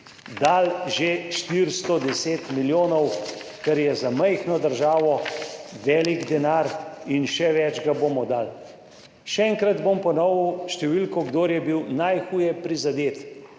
dali že 410 milijonov, kar je za majhno državo velik denar in še več ga bomo dali. Še enkrat bom ponovil številko, kdor je bil najhuje prizadet,